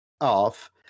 off